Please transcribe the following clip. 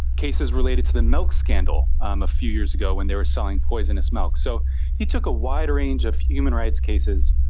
cases related to the milk scandal um a few years ago when they were selling poisonous milk. so he took a wide range of human rights cases.